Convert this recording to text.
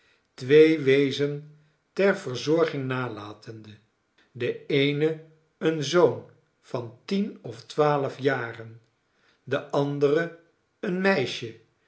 twee weezen ter verzorging nalatende de eene een zoon van tien of twaalf jaren de andere een meisje